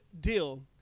deal